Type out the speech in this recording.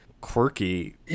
quirky